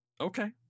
Okay